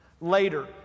Later